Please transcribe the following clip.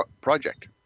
project